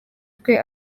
twe